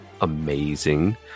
amazing